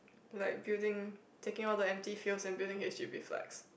like building taking all the empty fuse and building H_D_B flats